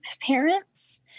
parents